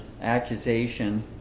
accusation